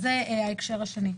אז זה ההקשר השני.